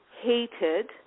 hated